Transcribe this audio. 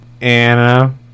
anna